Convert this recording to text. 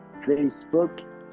Facebook